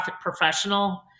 professional